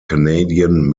canadian